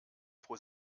pro